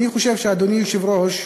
אני חושב, אדוני היושב-ראש,